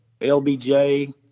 LBJ